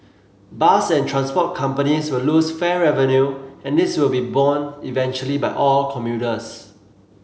bus and transport companies will lose fare revenue and this will be borne eventually by all commuters